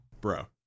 bro